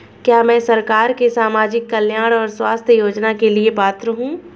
क्या मैं सरकार के सामाजिक कल्याण और स्वास्थ्य योजना के लिए पात्र हूं?